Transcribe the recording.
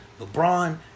LeBron